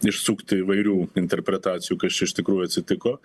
išsukti įvairių interpretacijų kas čia iš tikrųjų atsitiko